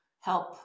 help